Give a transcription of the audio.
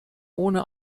ohne